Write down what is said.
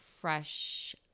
fresh